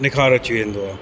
निखार अची वेंदो आहे